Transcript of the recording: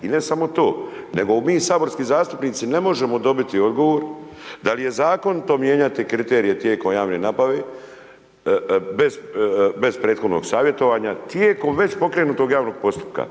I ne samo to, nego mi saborski zastupnici ne možemo dobiti odgovor da li je zakon to mijenjati kriterije tijekom javne nabave, bez prethodnog savjetovanja tijekom već pokrenutog javnog postupka,